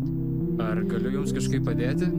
ar galiu jums kažkaip padėti